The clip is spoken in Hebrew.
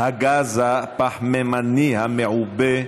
הגז הפחמימני המעובה,